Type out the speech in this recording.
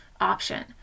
option